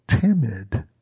timid